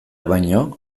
baino